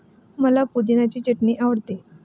मला पुदिन्याची चटणी आवडते